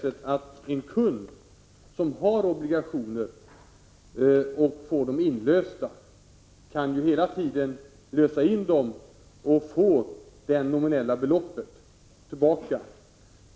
En kund som har obligationer kan hela tiden lösa in dem och få det nominella beloppet tillbaka.